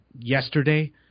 yesterday